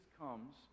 comes